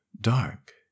dark